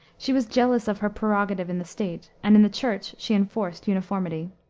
she was jealous of her prerogative in the state, and in the church she enforced uniformity.